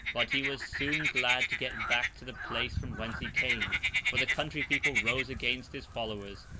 but he was soon glad to get back to the place from whence he came for the country people rose against his followers,